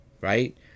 right